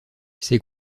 ses